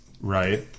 right